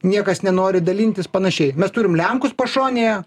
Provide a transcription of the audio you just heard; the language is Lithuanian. niekas nenori dalintis panašiai mes turim lenkus pašonėje